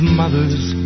mother's